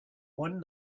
one